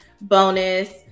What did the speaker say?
bonus